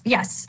Yes